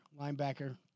linebacker